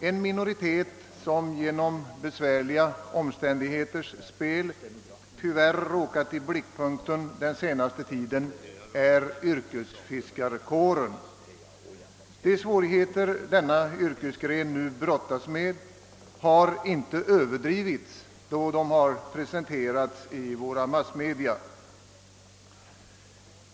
En minoritet som genom besvärliga omständigheters spel tyvärr råkat i blickpunkten den senaste tiden är yrkesfiskarkåren. De svårigheter denna yrkesgren nu brottas med har inte överdrivits då de presenterades i våra massmedia.